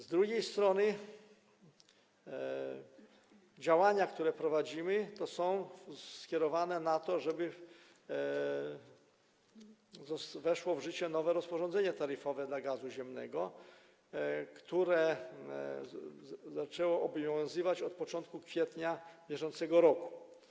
Z drugiej strony działania, które prowadzimy, są skierowane na to, żeby weszło w życie nowe rozporządzenie taryfowe dla gazu ziemnego, które zaczęło obowiązywać od początku kwietnia br.